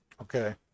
Okay